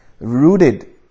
rooted